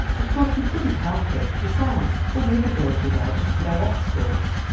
of course we couldn't help it besides, all the other girls were there just with their escorts.